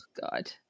God